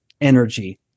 energy